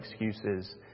excuses